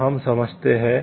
तो हम समझते हैं